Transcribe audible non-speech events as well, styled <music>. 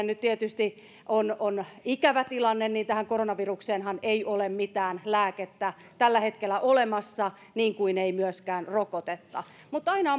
<unintelligible> nyt tietysti on on ikävä tilanne on se että tähän koronavirukseenhan ei ole mitään lääkettä tällä hetkellä olemassa niin kuin ei myöskään rokotetta mutta aina on